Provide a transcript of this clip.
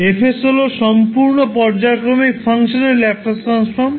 𝐹 𝑠 হল সম্পূর্ণ পর্যায়ক্রমিক ফাংশনের ল্যাপ্লাস ট্রান্সফর্ম